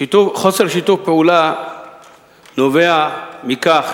חוסר שיתוף פעולה נובע מכך